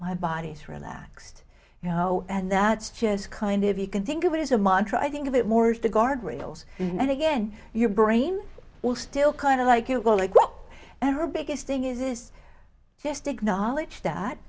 my body's relaxed you know and that's just kind of you can think of it as a montra i think of it more the guardrails and again your brain will still kind of like it will like what our biggest thing is just acknowledge that